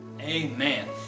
amen